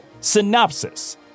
Synopsis